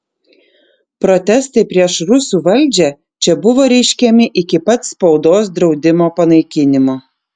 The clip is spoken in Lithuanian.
protestai prieš rusų valdžią čia buvo reiškiami iki pat spaudos draudimo panaikinimo